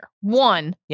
One